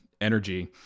energy